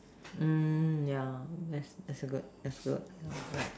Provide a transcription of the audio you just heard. mm yeah that's that's good that's good yeah right